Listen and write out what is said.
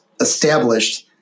established